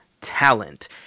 talent